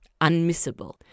unmissable